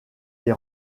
des